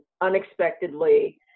unexpectedly